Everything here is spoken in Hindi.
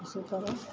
इसी तरह